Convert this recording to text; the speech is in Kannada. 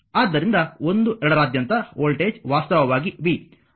ಆದ್ದರಿಂದ 1 ಮತ್ತು 2 ರಾದ್ಯಂತ ವೋಲ್ಟೇಜ್ ವಾಸ್ತವವಾಗಿ v